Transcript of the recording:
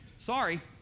Sorry